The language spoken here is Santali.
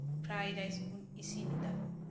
ᱯᱷᱨᱟᱭ ᱨᱟᱭᱤᱥᱵᱩᱱ ᱤᱥᱤᱱᱮᱫᱟ